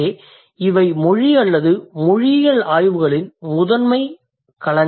எனவே இவை மொழி அல்லது மொழியியல் ஆய்வுகளின் முதன்மை களங்கள் ஆகும்